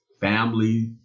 family